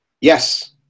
Yes